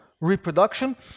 reproduction